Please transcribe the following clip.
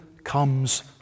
comes